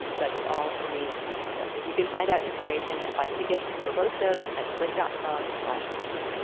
but it all remains to be discovered. you can find out information and buy tickets for both shows at slate dot com slash live